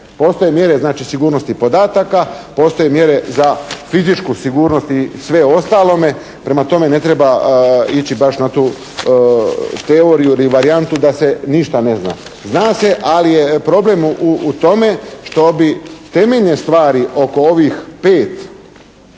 Postoje mjere znači sigurnosti podataka, postoje mjere za fizičku sigurnost i sve ostalo. Prema tome, ne treba ići baš na tu teoriju ili varijantu da se ništa ne zna. Zna se ali je problem u tome što bi temeljne stvari oko ovih pet